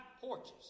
porches